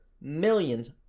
millions